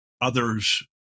others